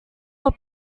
law